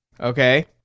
Okay